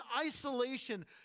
isolation